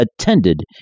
attended